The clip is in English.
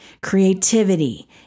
creativity